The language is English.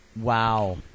Wow